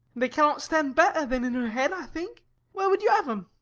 they cannot stand better than in her head, i think where would you have them?